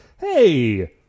Hey